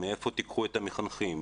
מאיפה תיקחו את המחנכים,